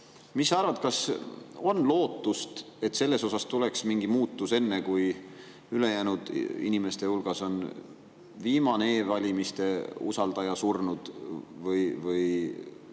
mis sa arvad, kas on lootust, et siin tuleb mingi muutus, enne kui ülejäänud inimeste hulgast on viimane e-valimiste usaldaja surnud? Või